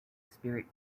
spirit